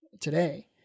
today